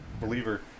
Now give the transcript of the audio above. believer